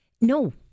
no